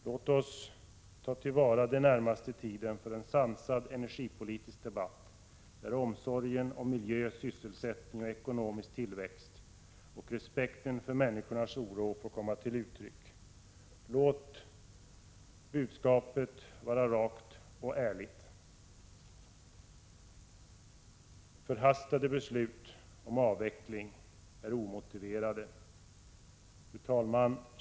Låt oss ta till vara den närmaste tiden för en sansad energipolitisk debatt, där omsorgen om miljö, sysselsättning, ekonomisk tillväxt och respekten för människornas oro får komma till uttryck. Låt budskapet vara rakt och ärligt. Förhastade beslut om avveckling är omotiverade. Fru talman!